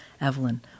Evelyn